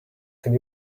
could